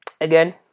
again